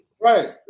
Right